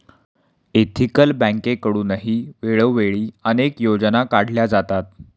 ethical बँकेकडूनही वेळोवेळी अनेक योजना काढल्या जातात